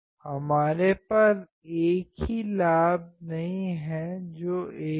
हमारे पास एक ही लाभ नहीं है जो 1 है